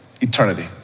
eternity